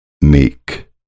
meek